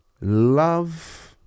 Love